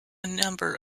number